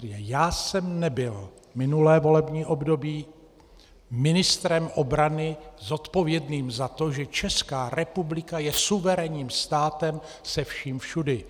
Já jsem nebyl minulé volební období ministrem obrany zodpovědným za to, že Česká republika je suverénním státem se vším všudy.